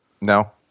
No